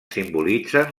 simbolitzen